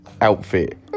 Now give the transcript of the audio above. outfit